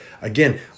again